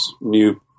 new